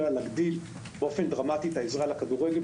שלה להגדיל באופן דרמטי את העזרה לכדורגל.